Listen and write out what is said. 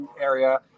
area